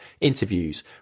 interviews